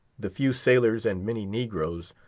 the few sailors and many negroes,